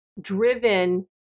driven